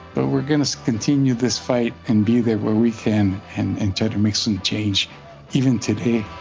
but we're going to continue this fight and be there where we can and try to make some change even today